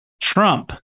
Trump